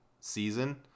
season